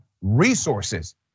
resources